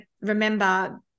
remember